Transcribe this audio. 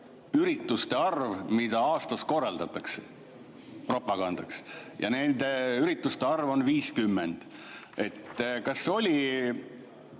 ürituste arv, mida aastas korraldatakse propagandaks, ja nende ürituste arv on 50. Kas oli